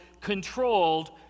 controlled